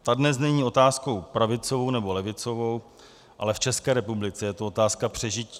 Ta dnes není otázkou pravicovou, nebo levicovou, ale v České republice je to otázka přežití.